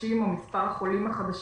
הקשים או מספר החולים החדשים